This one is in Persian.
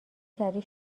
کردی